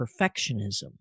perfectionism